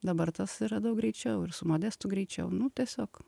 dabar tas yra daug greičiau ir su modestu greičiau nu tiesiog